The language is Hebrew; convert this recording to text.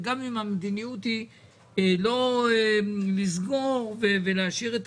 וגם אם המדיניות היא לא לסגור ולהשאיר את